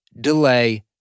delay